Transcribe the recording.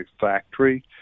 factory